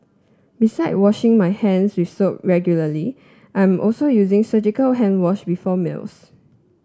beside washing my hands with soap regularly I'm also using surgical hand wash before meals